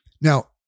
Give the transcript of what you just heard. Now